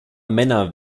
männer